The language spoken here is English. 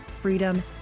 freedom